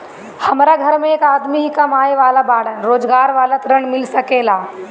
हमरा घर में एक आदमी ही कमाए वाला बाड़न रोजगार वाला ऋण मिल सके ला?